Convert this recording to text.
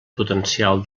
potencial